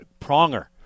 Pronger